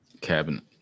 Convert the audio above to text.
cabinet